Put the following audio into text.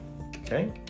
Okay